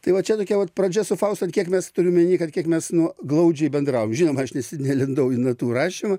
tai va čia tokia vat pradžia su faustu ant kiek mes turiu omeny kad kiek mes nu glaudžiai bendravom žinoma aš nelindau į natų rašymą